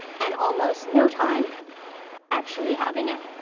and almost no time actually having it.